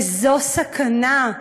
וזו סכנה.